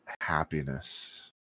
happiness